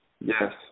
Yes